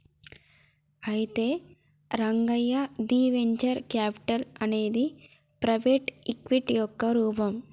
అయితే రంగయ్య ది venture capital అనేది ప్రైవేటు ఈక్విటీ యొక్క రూపం